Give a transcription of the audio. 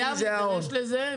הוא חייב להתייחס לזה.